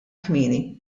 kmieni